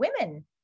Women